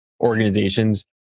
organizations